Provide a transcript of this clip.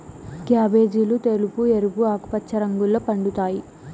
క్యాబేజీలు తెలుపు, ఎరుపు, ఆకుపచ్చ రంగుల్లో పండుతాయి